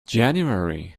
january